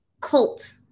cult